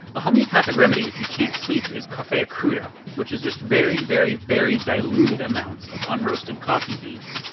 a homeopathic remedy if you can't sleep is coffea cruda. which is just very, very, very diluted amounts of unroasted coffee beans.